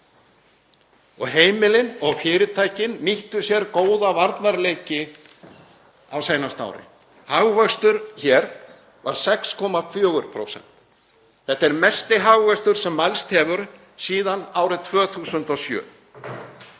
Heimilin og fyrirtækin nýttu sér góða varnarleiki á seinasta ári. Hagvöxtur hér var 6,4%. Þetta er mesti hagvöxtur sem mælst hefur síðan árið 2007